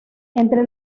entre